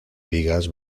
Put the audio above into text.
vigas